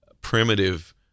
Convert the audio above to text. primitive